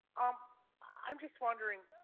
um i'm just wondering,